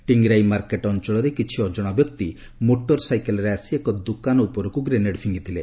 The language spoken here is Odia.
ଟିଙ୍ଗରାଇ ମାର୍କେଟ ଅଞ୍ଚଳରେ କିଛି ଅଜଣା ବ୍ୟକ୍ତି ମୋଟର ସାଇକେଲ୍ ଆସି ଏକ ଦୋକାନ ଉପରକୁ ଗ୍ରେନେଡ୍ ଫିଙ୍ଗିଫିଥିଲେ